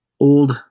old